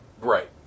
Right